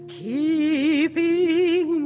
keeping